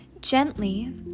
Gently